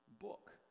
book